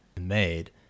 made